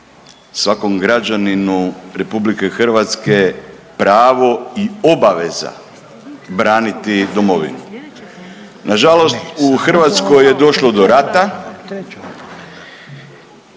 svakom građaninu Republike Hrvatske pravo i obaveza braniti domovinu. Na žalost u Hrvatskoj je došlo do rata